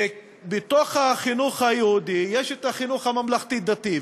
בתוך החינוך היהודי יש חינוך ממלכתי-דתי,